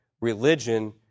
religion